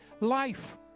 life